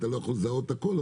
אתה לא יכול לזהות את הכול,